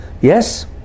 Yes